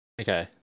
Okay